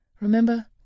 remember